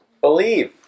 Believe